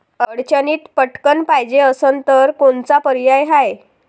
अडचणीत पटकण पायजे असन तर कोनचा पर्याय हाय?